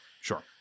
Sure